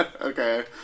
okay